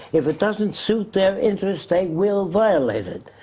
if it doesn't suit their interest, they will violate it.